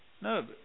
No